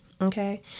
okay